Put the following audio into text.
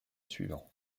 suivant